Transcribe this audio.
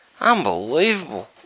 Unbelievable